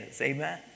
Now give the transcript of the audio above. amen